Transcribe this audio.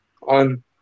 on